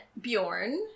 Bjorn